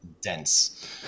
dense